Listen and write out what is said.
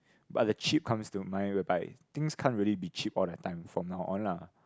but the cheap comes to mind will buy things can't really be cheap all the time from now on lah